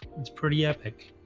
it's pretty epic